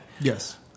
Yes